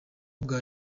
bwa